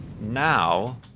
now